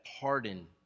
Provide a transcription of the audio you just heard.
pardon